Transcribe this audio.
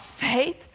faith